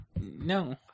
No